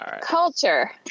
Culture